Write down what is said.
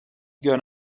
gone